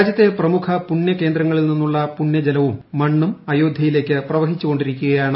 രാജ്യത്തെ പ്രമുഖ പുണ്യ കേന്ദ്രങ്ങളിൽ നിന്നുള്ള പുണ്യജലവും മണ്ണും അയോധ്യയിലേയ്ക്ക് പ്രവഹിച്ചുകൊണ്ടിരിക്കുകയാണ്